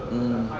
mm